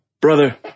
Brother